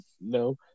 no